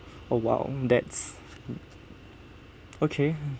oh !wow! that's okay